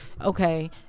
okay